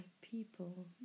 people